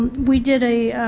we did a